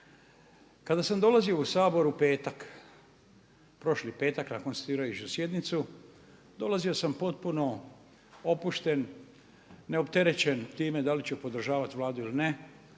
Kada sam dolazio u Saboru u petak, prošli petak na konstituirajuću sjednicu dolazio sam potpuno opušten, neopterećen time da li ću podržavati Vladu ili ne